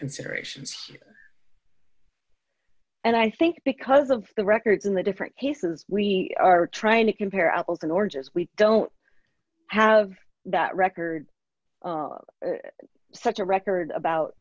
considerations and i think because of the records in the different cases we are trying to compare apples and oranges we don't have that record such a record about